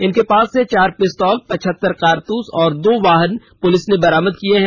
इनके पास से चार पिस्तौल पचहतर कारतूस और दो वाहन पुलिस ने बरामद किए है